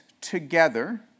together